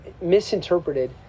misinterpreted